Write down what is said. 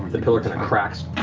the pillar cracks.